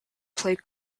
played